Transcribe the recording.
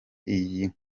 iyi